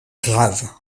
grave